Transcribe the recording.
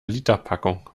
literpackung